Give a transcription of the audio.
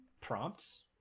prompts